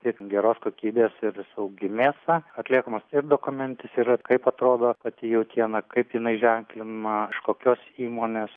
tik geros kokybės ir saugi mėsa atliekamas ir dokumentis ir kaip atrodo pati jautiena kaip jinai ženklinama iš kokios įmonės